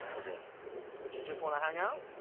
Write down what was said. yeah but you just want to hang out?